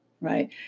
right